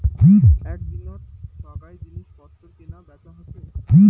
এক দিনত সোগায় জিনিস পত্তর কেনা বেচা হসে